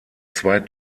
zwei